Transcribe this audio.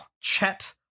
Chet